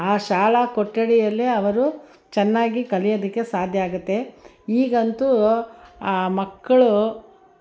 ಆ ಶಾಲಾ ಕೊಠಡಿಯಲ್ಲಿ ಅವರು ಚೆನ್ನಾಗಿ ಕಲಿಯೋದಕ್ಕೆ ಸಾಧ್ಯ ಆಗುತ್ತೆ ಈಗಂತೂ ಆ ಮಕ್ಕಳು